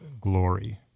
glory